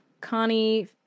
Connie